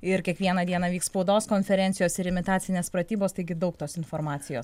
ir kiekvieną dieną vyks spaudos konferencijos ir imitacinės pratybos taigi daug tos informacijos